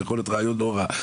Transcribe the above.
זה יכול להיות רעיון לא רע.